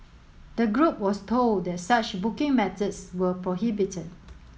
the group was told that such booking methods were prohibited